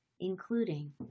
including